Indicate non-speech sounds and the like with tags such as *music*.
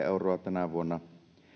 *unintelligible* euroa tänä vuonna